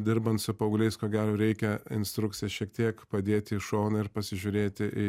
dirbant su paaugliais ko gero reikia instrukciją šiek tiek padėti į šoną ir pasižiūrėti į